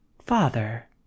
father